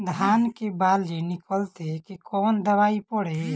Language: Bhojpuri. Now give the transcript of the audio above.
धान के बाली निकलते के कवन दवाई पढ़े?